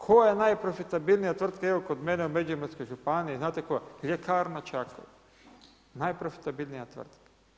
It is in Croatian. Koja je najprofitabilnija tvrtka evo kod mene u međimurskoj županiji, znate koja, ljekarna Čakovec, naprofitabilnija tvrtka.